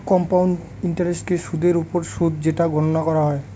compound ইন্টারেস্টকে সুদের ওপর সুদ যেটা গণনা করা হয়